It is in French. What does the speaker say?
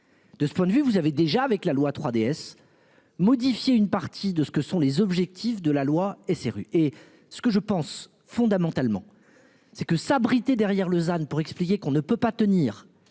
De ce point de vue, vous avez déjà avec la loi 3DS modifier une partie de ce que sont les objectifs de la loi SRU et ce que je pense fondamentalement c'est que s'abriter derrière Lausanne pour expliquer qu'on ne peut pas tenir